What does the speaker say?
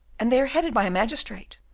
and they are headed by a magistrate.